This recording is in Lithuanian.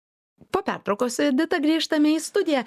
po pertraukos su edita grįžtame į studiją